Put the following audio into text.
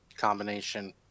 Combination